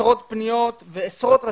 עשרות פניות ועשרות ראשי-ישיבות,